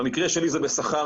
במקרה שלי זה בשכר,